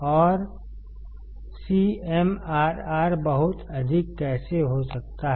और CMRR बहुत अधिक कैसे हो सकता है